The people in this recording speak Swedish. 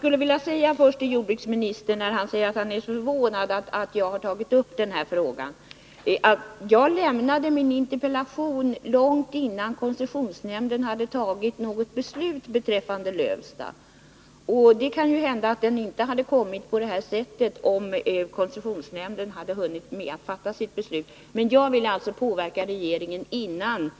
Fru talman! Jordbruksministern är förvånad över att jag har tagit upp den här frågan. Men jag framställde min interpellation långt innan koncessionsnämnden hade fattat något beslut beträffande Lövsta. Det kan hända att jag inte hade utformat den på detta sätt, om koncessionsnämnden hade hunnit fatta sitt beslut. Men jag ville alltså påverka regeringen innan